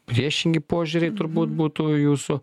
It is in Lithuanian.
priešingi požiūriai turbūt būtų jūsų